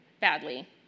badly